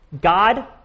God